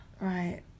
right